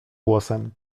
głosem